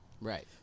Right